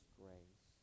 grace